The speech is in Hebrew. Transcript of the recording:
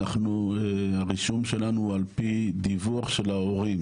אנחנו הרישום שלנו הוא על פי דיווח של ההורים